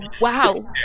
Wow